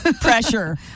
pressure